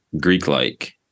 Greek-like